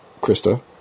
Krista